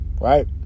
right